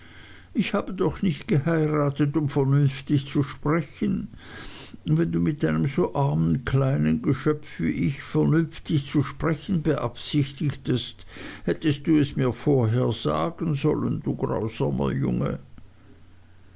ich habe doch nicht geheiratet um vernünftig zu sprechen wenn du mit so einem armen kleinen geschöpf wie ich vernünftig zu sprechen beabsichtigtest hättest du es mir vorher sagen sollen du grausamer junge